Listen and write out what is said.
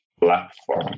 platform